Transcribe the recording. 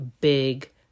big